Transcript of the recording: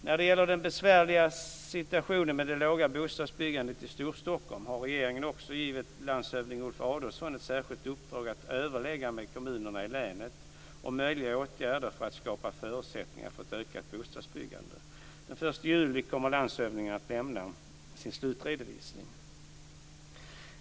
När det gäller den besvärliga situationen med det låga bostadsbyggandet i Storstockholm har regeringen också givit landshövding Ulf Adelsohn ett särskilt uppdrag att överlägga med kommunerna i länet om möjliga åtgärder för att skapa förutsättningar för ett ökat bostadsbyggande. Den 1 juli kommer landshövdingen att lämna sin slutredovisning.